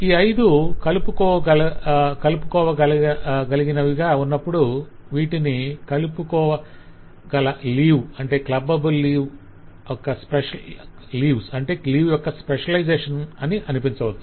ఈ ఐదు 'clubbable' గా ఉన్నప్పుడు ఈ ఐదు 'clubbable లీవ్' యొక్క స్పెషలైజేషన్ అని చూపించవచ్చు